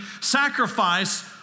sacrifice